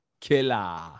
killer